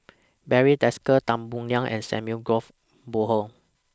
Barry Desker Tan Boo Liat and Samuel Golf Bonham